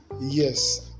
Yes